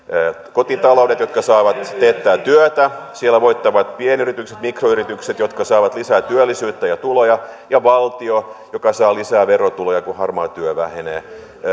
kotitaloudet jotka saavat teettää työtä siellä voittavat pienyritykset mikroyritykset jotka saavat lisää työllisyyttä ja tuloja ja valtio joka saa lisää verotuloja kun harmaa työ vähenee